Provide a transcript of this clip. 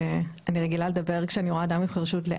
ואני רגילה לדבר לאט ליד אדם עם חירשות.